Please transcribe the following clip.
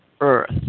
earth